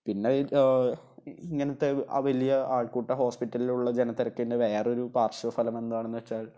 പിന്നെ ഈ ഇങ്ങനത്തെ ആ വലിയ ആൾക്കൂട്ടം ഹോസ്പിറ്റലിലുള്ള ജനതിരക്കിൻ്റെ വേറൊരു പാർശ്വഫലമെന്താണെന്നു വെച്ചാൽ